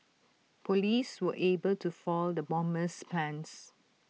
Police were able to foil the bomber's plans